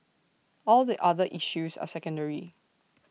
all the other issues are secondary